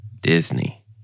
Disney